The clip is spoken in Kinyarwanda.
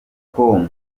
com